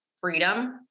freedom